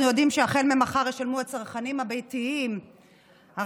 אנחנו יודעים שהחל ממחר ישלמו הצרכנים הביתיים 45,